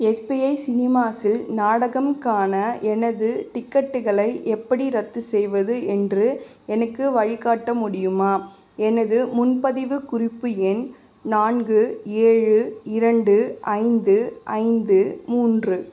SBI சினிமாஸ்ஸில் நாடகம்க்கான எனது டிக்கெட்டுகளை எப்படி ரத்து செய்வது என்று எனக்கு வழிகாட்ட முடியுமா எனது முன்பதிவு குறிப்பு எண் நான்கு ஏழு இரண்டு ஐந்து ஐந்து மூன்று